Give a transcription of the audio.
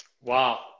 Wow